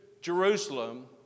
Jerusalem